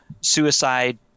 suicide